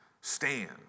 stand